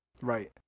Right